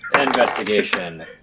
investigation